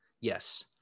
Yes